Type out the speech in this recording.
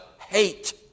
hate